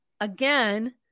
again